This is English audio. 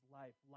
life